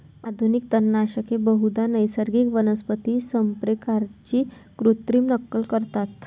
आधुनिक तणनाशके बहुधा नैसर्गिक वनस्पती संप्रेरकांची कृत्रिम नक्कल करतात